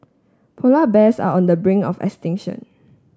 polar bears are on the bring of extinction